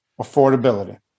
Affordability